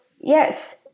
yes